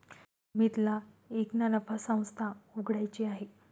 अमितला एक ना नफा संस्था उघड्याची आहे